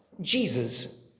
Jesus